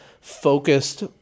focused